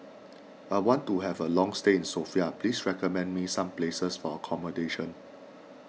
I want to have a long stay in Sofia please recommend me some places for accommodation